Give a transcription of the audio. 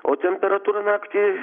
o temperatūra naktį